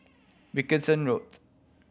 Wilkinson Road